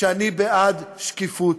שאני בעד שקיפות,